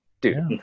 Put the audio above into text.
Dude